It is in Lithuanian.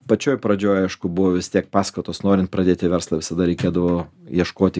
pačioj pradžioj aišku buvo vis tiek paskatos norint pradėti verslą visada reikėdavo ieškoti